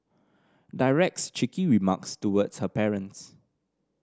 directs cheeky remarks towards her parents